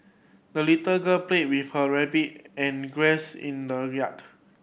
the little girl played with her rabbit and in the yard